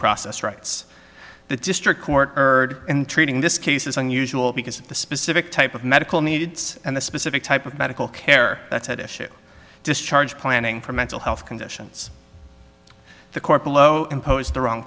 process rights the district court heard in treating this case is unusual because of the specific type of medical needs and the specific type of medical care that's at issue discharge planning for mental health conditions the court below imposed the wrong